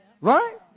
Right